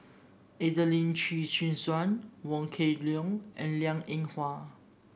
Adelene Chin Chin Suan Wong Kwei Leong and Liang Eng Hwa